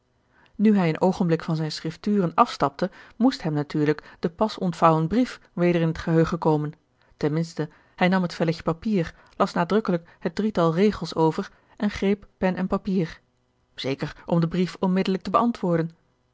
nu hij een oogenblik van zijne schrifturen afstapte moest hem natuurlijk de pas ontvangen brief weder in het geheugen komen ten minste hij nam het velletje papier las nadrukkelijk het drietal regels over en greep pen en papier zeker om den brief onmiddellijk te beantwoorden